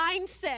mindset